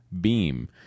beam